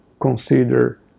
consider